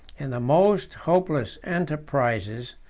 in the most hopeless enterprises,